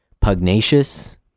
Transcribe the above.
Pugnacious